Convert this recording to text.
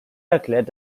erklärt